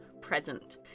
present